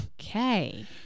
Okay